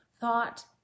thought